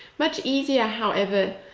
much easier, however,